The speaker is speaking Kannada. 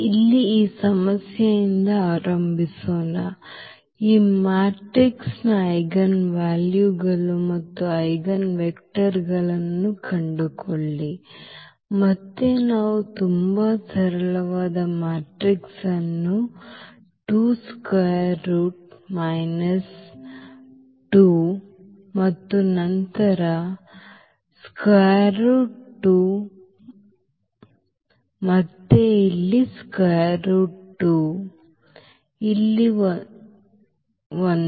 ಇಲ್ಲಿ ಈ ಸಮಸ್ಯೆಯಿಂದ ಆರಂಭಿಸೋಣ ಈ ಮ್ಯಾಟ್ರಿಕ್ಸ್ನ ಐಜೆನ್ ವ್ಯಾಲ್ಯೂಗಳು ಮತ್ತು ಐಜೆನ್ವೆಕ್ಟರ್ಗಳನ್ನು ಕಂಡುಕೊಳ್ಳಿ ಮತ್ತೆ ನಾವು ತುಂಬಾ ಸರಳವಾದ ಮ್ಯಾಟ್ರಿಕ್ಸ್ ಅನ್ನು 2 ಸ್ಕ್ವೇರ್ ರೂಟ್ ಮೈನಸ್ 2 ಮತ್ತು ನಂತರ ಸ್ಕ್ವೇರ್ ರೂಟ್ 2 ಮತ್ತು ಮತ್ತೆ ಇಲ್ಲಿ ಸ್ಕ್ವೇರ್ ರೂಟ್ 2 ಮತ್ತು ಇಲ್ಲಿ ಒಂದು